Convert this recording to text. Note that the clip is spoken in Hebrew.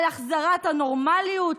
על החזרת הנורמליות,